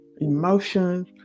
emotions